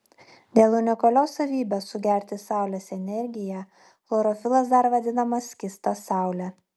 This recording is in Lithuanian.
dėl unikalios savybės sugerti saulės energiją chlorofilas dar vadinamas skysta saule